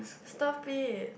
stop it